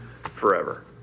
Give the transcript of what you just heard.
forever